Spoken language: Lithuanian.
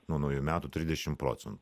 nuo naujų metų trisdešim procentų